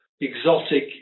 exotic